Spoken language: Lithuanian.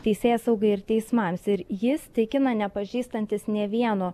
teisėsaugai ir teismams ir jis tikina nepažįstantis nė vieno